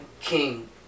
king